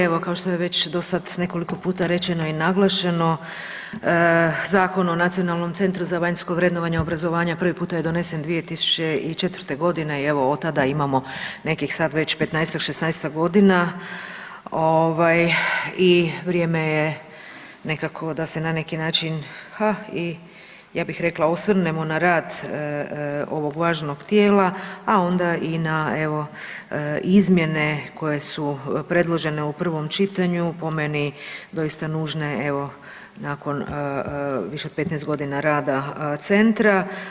Evo kao što je već do sad nekoliko rečeno i naglašeno, Zakon o Nacionalnom centru za vanjsko vrednovanje obrazovanja prvi put je donesen 2004. g. i evo od tada imamo nekih sad već 15-ak, 16-ak godina i vrijeme je nekako da se na neki način i ja bih rekla osvrnemo na rad ovog važnog tijela a onda i na evo izmjene koje su predložene u prvom čitanju, po meni doista nužne evo nakon više od 15 g. rada centra.